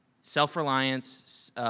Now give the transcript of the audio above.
self-reliance